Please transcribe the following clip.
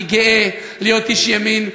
אני גאה להיות איש ימין.